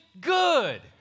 good